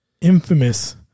infamous